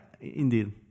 indeed